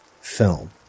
film